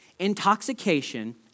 Intoxication